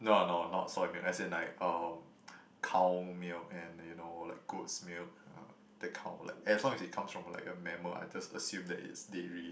no no not soy milk as in like um cow milk and you know like goats milk uh the cow as long as it comes from a mammal I just assume it as dairy